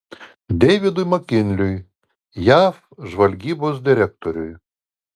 deividui makinliui jav žvalgybos direktoriui